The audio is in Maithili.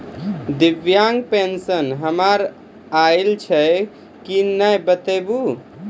दिव्यांग पेंशन हमर आयल छै कि नैय बताबू?